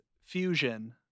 fusion